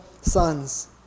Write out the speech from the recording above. sons